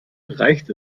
reicht